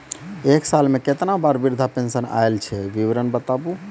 एक साल मे केतना बार वृद्धा पेंशन आयल छै विवरन बताबू?